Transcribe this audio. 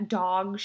dog